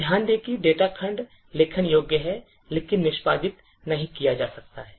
तो ध्यान दें कि data खंड लेखन योग्य है लेकिन निष्पादित नहीं किया जा सकता है